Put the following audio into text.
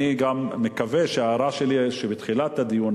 אני מקווה גם שההערה שלי מתחילת הדיון,